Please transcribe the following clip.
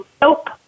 nope